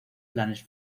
planes